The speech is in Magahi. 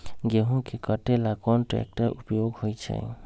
गेंहू के कटे ला कोंन ट्रेक्टर के उपयोग होइ छई?